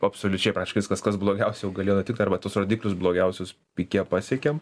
absoliučiai praktiškai viskas kas blogiausia jau galėjo nutikt arba tuos rodiklius blogiausius pike pasiekėm